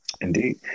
Indeed